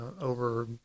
over